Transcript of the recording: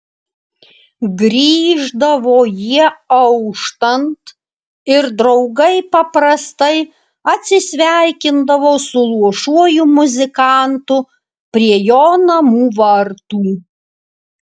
grįždavo jie auštant ir draugai paprastai atsisveikindavo su luošuoju muzikantu prie jo namų vartų